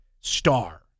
star